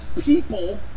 people